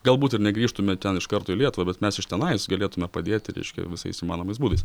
galbūt ir negrįžtume ten iš karto į lietuvą bet mes iš tenais galėtume padėti reiškia visais įmanomais būdais